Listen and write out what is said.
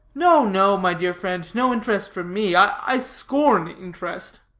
no, no, my dear friend, no interest for me. i scorn interest.